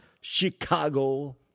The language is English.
Chicago